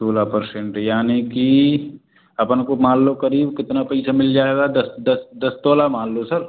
सोलह परसेंट यानी कि अपन को मान लो करीब कितना पैसा मिल जाएगा दस तोला मान लूँ सर